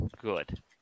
good